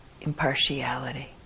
impartiality